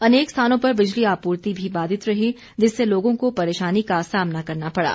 अनेक स्थानों पर बिजली आपूर्ति भी बाघित रही जिससे लोगों को परेशानी का सामना करना पड़ा